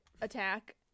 attack